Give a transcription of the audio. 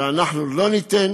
ואנחנו לא ניתן